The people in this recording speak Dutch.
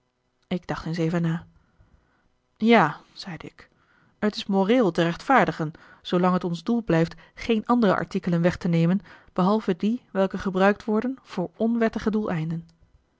ik dacht eens even na ja zeide ik het is moreel te rechtvaardigen zoolang het ons doel blijft geen andere artikelen weg te nemen behalve die welke gebruikt worden voor onwettige